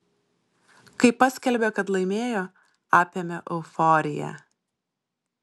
kai paskelbė kad laimėjo apėmė euforija